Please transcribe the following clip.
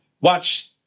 watch